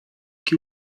que